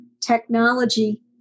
technology